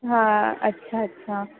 हा अछा अछा